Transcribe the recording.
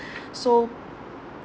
so